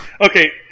Okay